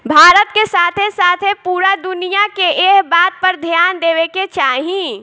भारत के साथे साथे पूरा दुनिया के एह बात पर ध्यान देवे के चाही